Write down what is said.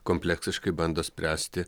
kompleksiškai bando spręsti